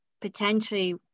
potentially